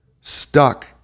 stuck